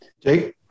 Jake